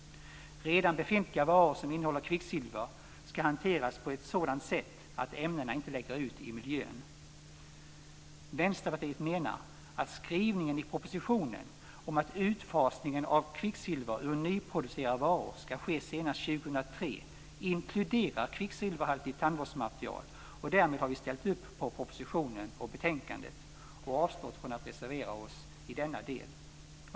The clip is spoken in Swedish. Redan befintliga varor som innehåller kvicksilver ska hanteras på ett sådant sätt att ämnena inte läcker ut i miljön. Vänsterpartiet menar att skrivningen i propositionen om att utfasningen av kvicksilver ur nyproducerade varor ska ske senast 2003 inkluderar kvicksilverhaltigt tandvårdsmaterial. Därmed har vi ställt upp på propositionen och betänkandet och avstått från att reservera oss i denna del.